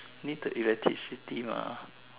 need the electricity mah